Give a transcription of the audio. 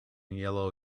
yellow